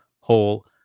whole